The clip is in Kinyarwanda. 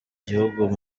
gihugu